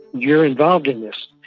you are involved in this.